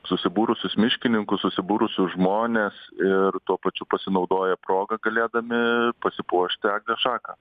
susibūrusius miškininkus susibūrusius žmones ir tuo pačiu pasinaudoja proga galėdami pasipuošti eglės šaką